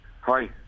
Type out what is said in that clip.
Hi